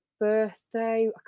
birthday